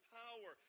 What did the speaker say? power